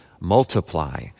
multiply